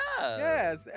Yes